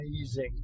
amazing